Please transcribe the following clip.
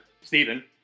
Stephen